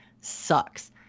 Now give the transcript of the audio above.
sucks